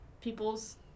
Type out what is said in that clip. people's